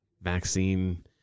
vaccine